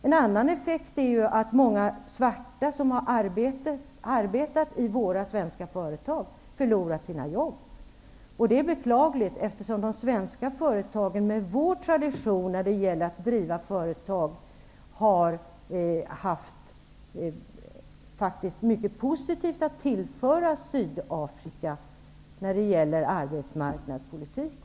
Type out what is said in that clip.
En annan effekt är att många svarta som har arbetat i svenska företag förlorar sina jobb. Det är beklagligt eftersom de svenska företagen, med sina traditioner när det gäller att driva företag, faktiskt har haft mycket positivt att tillföra när det gäller exempelvis arbetsmarknadspolitik.